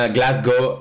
Glasgow